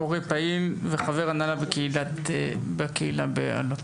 הורה פעיל וחבר הנהלה בקהילה באלו"ט.